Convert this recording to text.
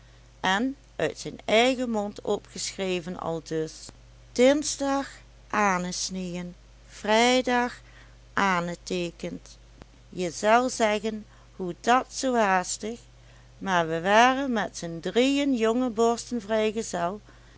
en uit zijn eigen mond opgeschreven aldus dinsdag anësniejen vrijdag anëteekend je zelt zeggen hoe dat zoo haastig maar we waren met zijn drieën jonge borsten vrijgezel